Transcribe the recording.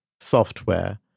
software